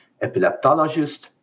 epileptologist